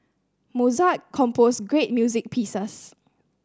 Mozart composed great music pieces